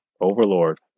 Overlord